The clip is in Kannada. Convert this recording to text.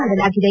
ಮಾಡಲಾಗಿದೆ